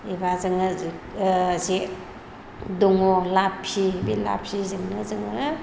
एबा जोङो जे दङ लाफि बे लाफिजोंनो जोङो